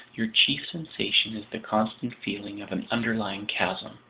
your chief sensation is the constant feeling of an underlying chasm,